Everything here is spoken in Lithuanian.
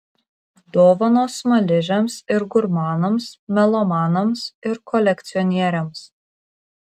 dovanos smaližiams ir gurmanams melomanams ir kolekcionieriams